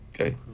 Okay